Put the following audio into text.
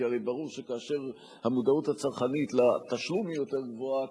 כי הרי ברור שכאשר המודעות הצרכנית לתשלום היא יותר גבוהה,